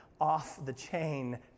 off-the-chain